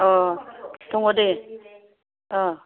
अह दङ दे ओह